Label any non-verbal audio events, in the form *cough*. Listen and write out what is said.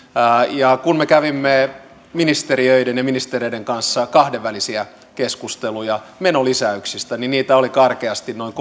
kun me kävimme ministeriöiden ja ministereiden kanssa kahdenvälisiä keskusteluja menolisäyksistä niin niitä oli karkeasti noin *unintelligible*